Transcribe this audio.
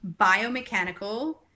biomechanical